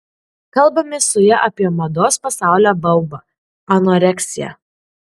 kalbamės su ja apie mados pasaulio baubą anoreksiją